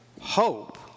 Hope